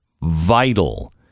vital